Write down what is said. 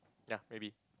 ya maybe